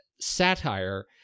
satire